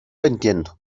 entiendo